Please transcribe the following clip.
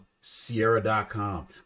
sierra.com